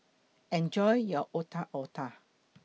Enjoy your Otak Otak